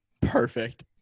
perfect